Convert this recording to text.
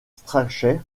strachey